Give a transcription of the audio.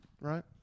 Right